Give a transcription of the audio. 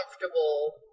comfortable